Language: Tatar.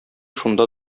шунда